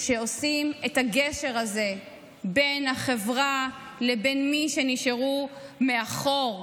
שעושים את הגשר הזה בין החברה לבין מי שנשארו מאחור.